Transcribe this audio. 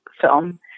film